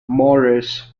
morris